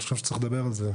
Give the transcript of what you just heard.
אני חושב שצריך לדבר על זה.